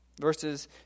Verses